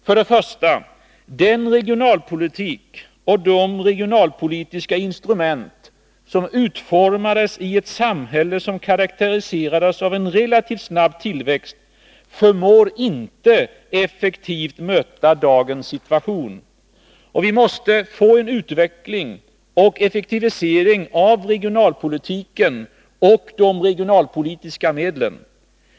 För det första: den regionalpolitik och de regionalpolitiska instrument som utformades i ett samhälle som karaktäriserades av relativt snabb tillväxt förmår inte effektivt möta dagens situation. Vi måste få en utveckling och effektivisering av regionalpolitiken och de regionalpolitiska medlen.